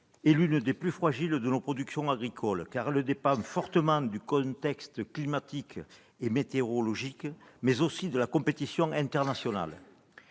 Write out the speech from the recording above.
est l'une des plus fragiles de nos productions agricoles, car elle dépend fortement non seulement du contexte climatique et météorologique, mais également de la compétition internationale.